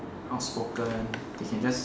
outspoken they can just